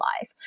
life